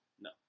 No